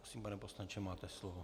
Prosím, pane poslanče, máte slovo.